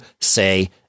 say